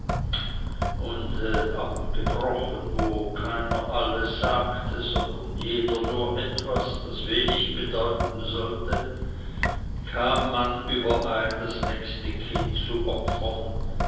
und abgebrochen wo keiner alles sagte sondern jeder nur etwas das wenig bedeuten sollte kam man überein das nächste kind zu opfern